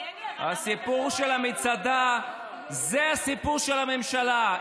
הסיפור של מצדה זה הסיפור של הממשלה.